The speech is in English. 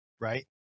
Right